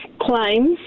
claims